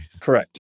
Correct